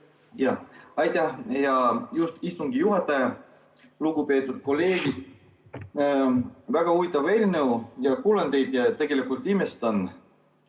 Hea istungi juhataja! Lugupeetud kolleegid! Väga huvitav eelnõu. Kuulan teid ja tegelikult imestan.